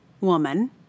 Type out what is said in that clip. woman